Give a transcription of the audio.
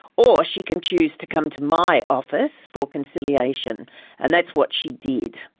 or she can choose to come to my office for conciliation and that's what she did.